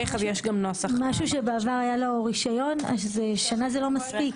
משהו שבעבר היה לו רשיון, השנה זה לא מספיק.